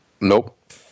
Nope